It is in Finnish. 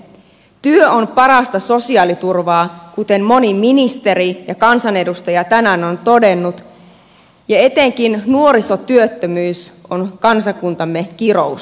työ on parasta sosiaaliturvaa kuten moni ministeri ja kansanedustaja tänään on todennut ja etenkin nuorisotyöttömyys on kansakuntamme kirous